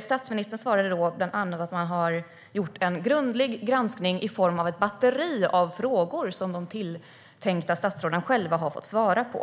Statsministern svarade att man har gjort en grundlig granskning i form av ett batteri av frågor som de tilltänkta statsråden själva har fått svara på.